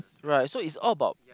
right so it's all about